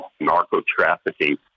narco-trafficking